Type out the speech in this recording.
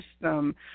system